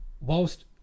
whilst